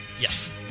Yes